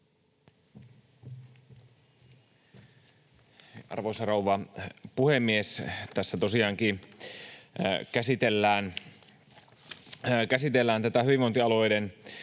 Arvoisa rouva puhemies! Tässä tosiaankin käsitellään tätä hyvinvointialueiden